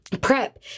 Prep